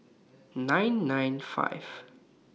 nine nine five